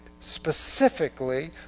specifically